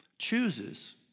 Chooses